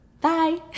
bye